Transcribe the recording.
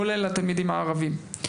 כולל בבתי הספר הערביים,